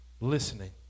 listening